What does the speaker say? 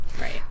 right